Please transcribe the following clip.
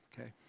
okay